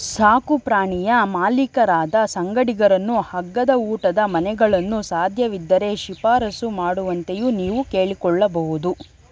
ಸಾಕುಪ್ರಾಣಿಯ ಮಾಲೀಕರಾದ ಸಂಗಡಿಗರನ್ನು ಹಗ್ಗದ ಊಟದ ಮನೆಗಳನ್ನು ಸಾಧ್ಯವಿದ್ದರೆ ಶಿಫಾರಸು ಮಾಡುವಂತೆಯೂ ನೀವು ಕೇಳಿಕೊಳ್ಳಬಹುದು